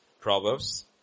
Proverbs